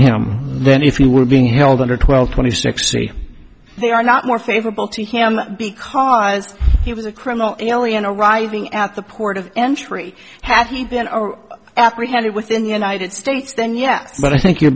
him then if you were being held under twelve twenty six c they are not more favorable to him because he was a criminal alien arriving at the port of entry having been apprehended within the united states then yeah but i think you